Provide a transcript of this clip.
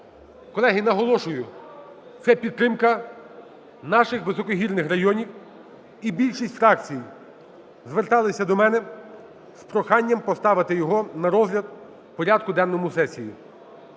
Колеги, наголошую: це підтримка наших високогірних районів і більшість фракцій зверталися до мене з проханням поставити його на розгляд у порядку денному сесії.